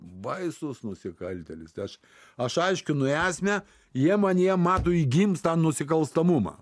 baisus nusikaltėlis tai aš aš aiškinu esmę jie manyje mato įgimstą nusikalstamumą